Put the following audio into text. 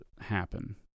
happen